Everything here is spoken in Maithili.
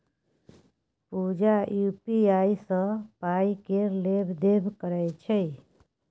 पुजा यु.पी.आइ सँ पाइ केर लेब देब करय छै